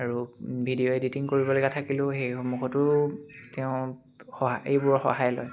আৰু video editing কৰিবলগীয়া থাকিলেও সেইসমূহতো তেওঁ সহায় এইবোৰৰ সহায় লয়